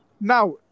Now